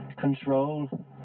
Control